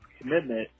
commitment